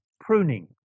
Pruning